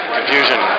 Confusion